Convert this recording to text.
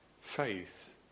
faith